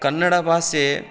ಕನ್ನಡ ಭಾಷೆ